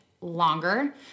longer